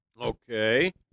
Okay